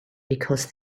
because